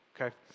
Okay